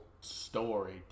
story